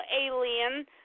alien